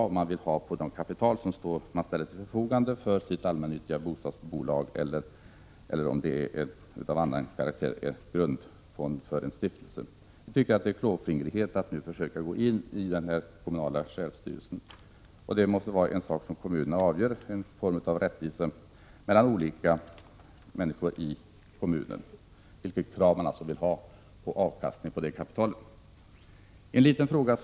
1986/87:123 krav man har på det kapital som ställts till förfogande för ett allmännyttigt bostadsbolag eller grundfonden för en stiftelse. Det är klåfingrigt att härvidlag försöka gå in i den kommunala självstyrelsen. Detta måste vara en sak som kommunerna själva avgör, så att det också skapas rättvisa mellan de människor som bor i kommunen. Det är som sagt kommunerna som skall avgöra vilka krav på avkastning på kapitalet som skall ställas.